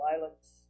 violence